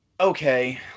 okay